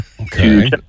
Okay